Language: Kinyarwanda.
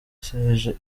serge